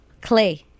Clay